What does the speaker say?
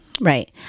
Right